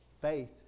Faith